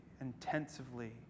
intensively